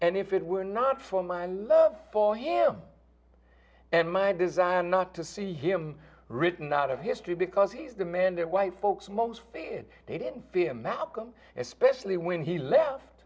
and if it were not for my love for him and my desire not to see him written out of history because he is the man there white folks most said they didn't fear malcolm especially when he left